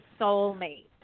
soulmate